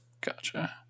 Gotcha